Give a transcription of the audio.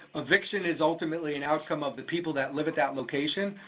eviction is ultimately an outcome of the people that live at that location,